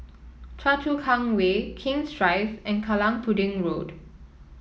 Choa Chu Kang Way King's Drive and Kallang Pudding Road